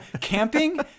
Camping